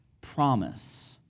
promise